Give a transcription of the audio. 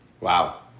Wow